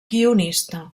guionista